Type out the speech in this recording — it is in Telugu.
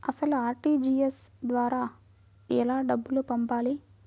అసలు అర్.టీ.జీ.ఎస్ ద్వారా ఎలా డబ్బులు పంపాలి?